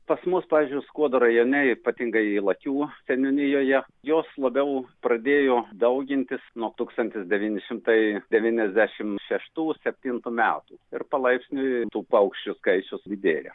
pas mus pavyzdžiui skuodo rajone ypatingajai ylakių seniūnijoje jos labiau pradėjo daugintis nuo tūkstantis devyni šimtai devyniasdešim šeštų septintų metų ir palaipsniui tų paukščių skaičius didėja